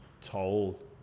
told